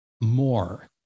more